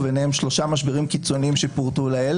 וביניהם שלושה משברים קיצוניים שפורטו לעיל